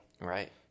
Right